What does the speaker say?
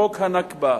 חוק ה"נכבה",